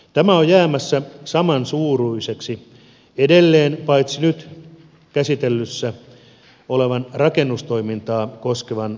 tämä on jäämässä samansuuruiseksi edelleen paitsi nyt käsittelyssä olevan rakennustoimintaa koskevan laiminlyöntimaksun osalta